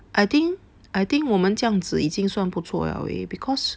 I think I think 我们这样子已经算不错了哦 because